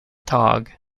dog